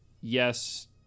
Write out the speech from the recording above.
yes